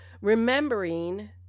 remembering